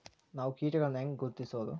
ನಾವ್ ಕೇಟಗೊಳ್ನ ಹ್ಯಾಂಗ್ ಗುರುತಿಸೋದು?